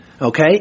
okay